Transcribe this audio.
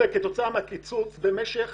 כתוצאה מהקיצוץ במשך